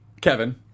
Kevin